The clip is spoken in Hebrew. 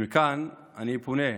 מכאן אני פונה,